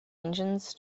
engines